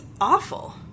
awful